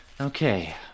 Okay